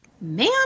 Man